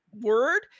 word